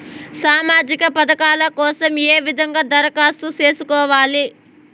సామాజిక పథకాల కోసం ఏ విధంగా దరఖాస్తు సేసుకోవాలి